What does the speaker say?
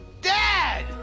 Dad